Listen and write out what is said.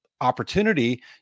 opportunity